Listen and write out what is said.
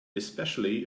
especially